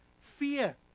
Fear